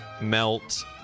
melt